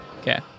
Okay